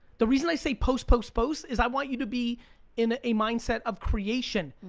the reason i say post, post, post is i want you to be in a mindset of creation.